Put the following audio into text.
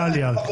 גליה.